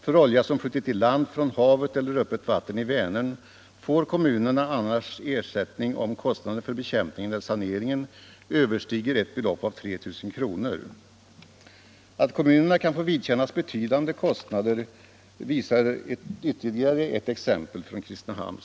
För olja som flutit i land från havet eller öppet vatten 41 i Vänern får kommunerna annars ersättning, om kostnaden för bekämpningen eller saneringen överstiger ett belopp av 3 000 kr. Att kommunerna kan få vidkännas betydande kostnader visar ytterligare ett exempel från Kristinehamn.